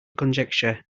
conjecture